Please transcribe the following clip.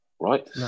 right